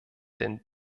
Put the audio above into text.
denn